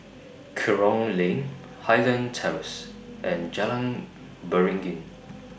Kerong Lane Highland Terrace and Jalan Beringin